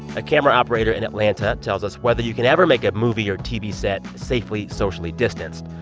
a camera operator in atlanta tells us whether you can ever make a movie or tv set safely socially distanced.